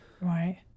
Right